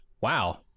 wow